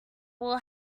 will